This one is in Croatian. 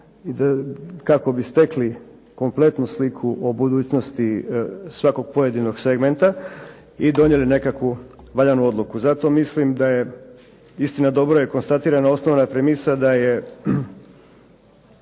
kako bi stekli kompletnu sliku o budućnosti svakog pojedinog segmenta i donijeli nekakvu valjanu odluku. Zato mislim da je, istina dobro je konstatirana, osnovana premisa da je